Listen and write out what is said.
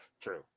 True